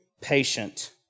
patient